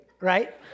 right